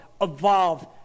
evolve